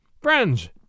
Friends